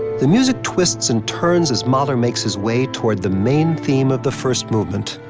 the music twists and turns as mahler makes his way toward the main theme of the first movement.